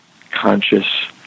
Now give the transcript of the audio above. conscious